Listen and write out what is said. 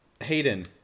Hayden